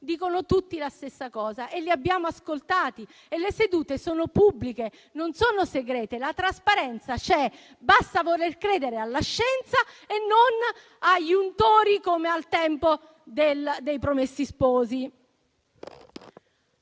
detto tutti la stessa cosa. E li abbiamo ascoltati in sedute pubbliche, e non segrete. La trasparenza, dunque, c'è: basta voler credere alla scienza e non agli untori, come al tempo dei Promessi Sposi.